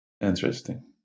Interesting